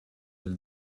del